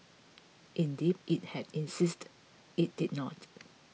indeed it had insisted it did not